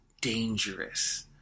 dangerous